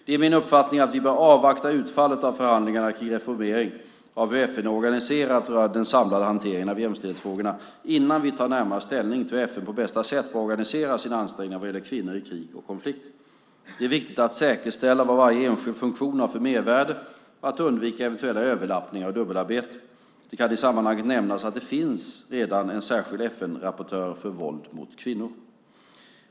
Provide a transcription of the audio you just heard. Det är min uppfattning att vi bör avvakta utfallet av förhandlingarna kring reformering av hur FN är organiserat rörande den samlade hanteringen av jämställdhetsfrågorna innan vi tar närmare ställning till hur FN på bästa sätt bör organisera sina ansträngningar vad gäller kvinnor i krig och konflikt. Det är viktigt att säkerställa vad varje enskild funktion har för mervärde och att undvika eventuella överlappningar och dubbelarbete. Det kan i sammanhanget nämnas att det redan finns en särskild FN-rapportör för våld mot kvinnor.